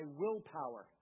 willpower